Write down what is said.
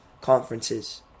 conferences